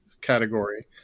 category